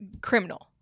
criminal